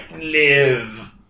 live